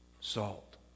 salt